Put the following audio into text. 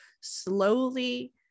slowly